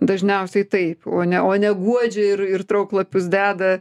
dažniausiai taip o ne o ne guodžia ir ir trauklapius deda